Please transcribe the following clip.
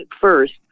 first